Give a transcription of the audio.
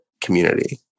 community